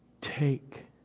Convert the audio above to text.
Take